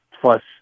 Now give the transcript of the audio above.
plus